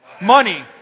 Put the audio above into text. Money